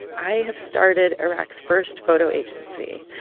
i have started iraq's first photo agency.